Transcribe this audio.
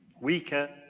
weaker